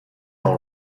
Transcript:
all